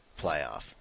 Playoff